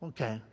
Okay